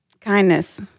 Kindness